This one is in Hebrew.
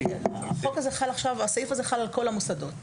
הסעיף הזה חל עכשיו על כל המוסדות.